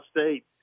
State